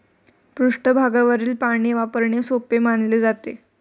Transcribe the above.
पृष्ठभागावरील पाणी वापरणे सोपे मानले जाते